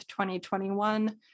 2021